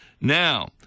Now